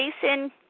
Jason